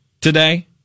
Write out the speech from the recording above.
today